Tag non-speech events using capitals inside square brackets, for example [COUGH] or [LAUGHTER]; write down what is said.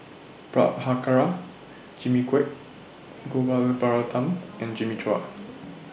Prabhakara Jimmy Quek Gopal [NOISE] Baratham and Jimmy Chua